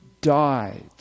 died